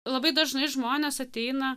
labai dažnai žmonės ateina